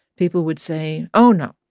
people would say, oh, no,